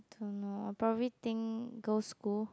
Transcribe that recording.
don't know I'll probably think girl's school